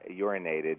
urinated